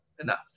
enough